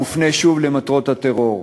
מופנה שוב למטרות הטרור.